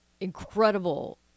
incredible